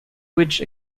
which